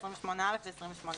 28א ו-28ב".